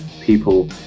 people